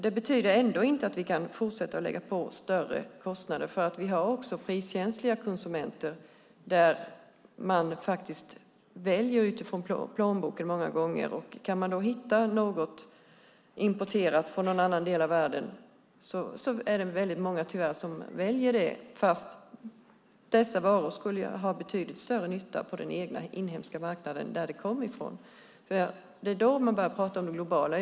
Det betyder ändå inte att vi kan fortsätta att lägga på större kostnader, för det finns också priskänsliga konsumenter som många gånger väljer utifrån plånboken. Om det går att hitta något importerat från en annan del av världen är det väldigt många som väljer det, fast dessa varor skulle göra betydligt större nytta på den egna, inhemska marknaden som de kommer ifrån. Det är då man börjar prata om det globala.